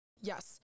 Yes